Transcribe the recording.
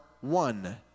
one